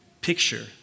picture